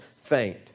faint